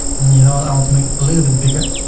and you know what, i want to make it a little bit bigger.